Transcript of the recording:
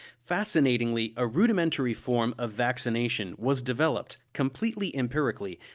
fascinatingly, a rudimentary form of vaccination was developed, completely empirically,